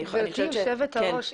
גברתי היושבת-ראש,